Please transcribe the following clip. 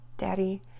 Daddy